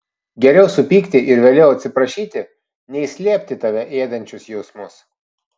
geriau supykti ir vėliau atsiprašyti nei slėpti tave ėdančius jausmus